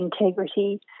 integrity